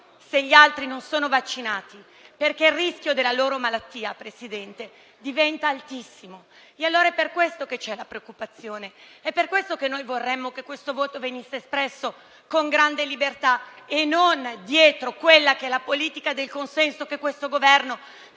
se gli altri non sono vaccinati, altrimenti il rischio della loro malattia, Presidente, diventa altissimo. È per questo che c'è preoccupazione. È per questo che vorremmo che questo voto venisse espresso con grande libertà e non dietro quella politica del consenso che il Governo